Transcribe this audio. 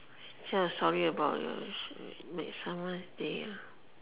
so sorry about your